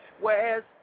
whereas